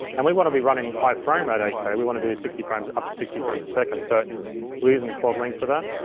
and we wanna be running high frame rate eight k, we wanna do sixty frames, up to sixty frames a second, so we're using the quad link for that,